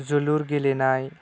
जोलुर गेलेनाय